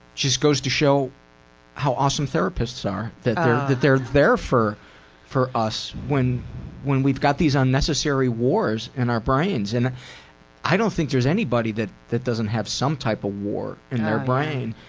just goes to show how awesome therapists are, that that they're there for for us when when we've got these unnecessary wars in our brains, and i don't think there's anybody that that doesn't have some kind of war, in their brain.